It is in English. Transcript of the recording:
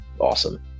awesome